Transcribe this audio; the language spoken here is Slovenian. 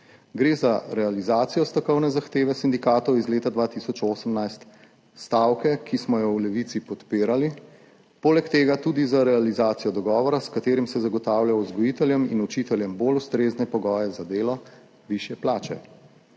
Gre za realizacijo stavkovne zahteve sindikatov iz leta 2018, stavke, ki smo jo v Levici podpirali, poleg tega tudi za realizacijo dogovora, s katerim se zagotavlja vzgojiteljem in učiteljem bolj ustrezne pogoje za delo, višje plače.